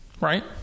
Right